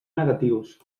negatius